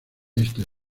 este